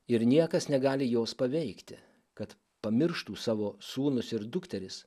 ir niekas negali jos paveikti kad pamirštų savo sūnus ir dukteris